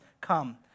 come